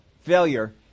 Failure